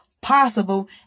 possible